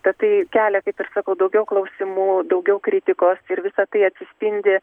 tad tai kelia kaip ir sakau daugiau klausimų daugiau kritikos ir visa tai atsispindi